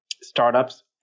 startups